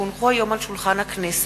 כי הונחו היום על שולחן הכנסת,